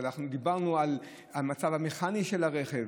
אנחנו דיברנו על המצב המכני של הרכב,